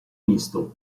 misto